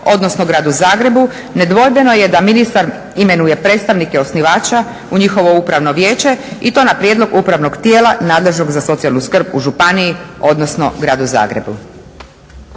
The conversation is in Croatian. odnosno Gradu Zagrebu nedvojbeno je da ministar imenuje predstavnike i osnivača u njihovo upravno vijeće i to na prijedlog upravnog tijela nadležnog za socijalnu skrb u županiji, odnosno Gradu Zagrebu.